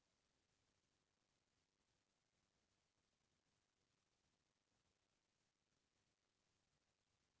आज काल नवा दू चकिया गाड़ी लेहे म पॉंच बछर के बीमा एके संग होथे